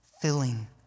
filling